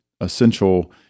essential